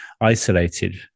isolated